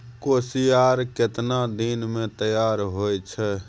कोसियार केतना दिन मे तैयार हौय छै?